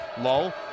Lull